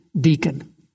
deacon